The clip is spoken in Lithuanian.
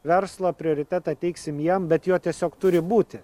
verslo prioritetą teiksim jiem bet jo tiesiog turi būti